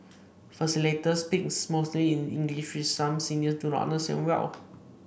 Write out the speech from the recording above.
facilitators speak mostly in English which some seniors do not understand well